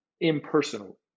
impersonal